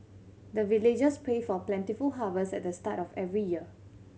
the villagers pray for plentiful harvest at the start of every year